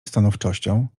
stanowczością